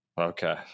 Okay